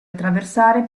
attraversare